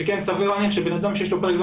שכן סביר להניח שבן אדם שיש לו פרק זמן